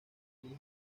elige